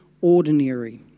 ordinary